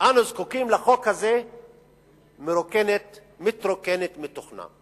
אנחנו זקוקים לחוק הזה מתרוקנת מתוכנה.